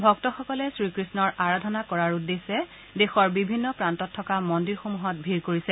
ভক্তসকলে শ্ৰীকৃষ্ণৰ আৰাধনা কৰাৰ উদ্দেশ্যে দেশৰ বিভিন্ন প্ৰান্তত থকা মন্দিৰসমূহত ভিৰ কৰিছে